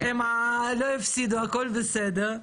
הן לא יפסידו, הכול בסדר.